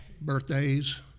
birthdays